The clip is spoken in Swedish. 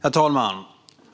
Herr talman!